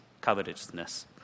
covetousness